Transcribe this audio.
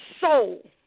soul